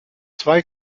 zwei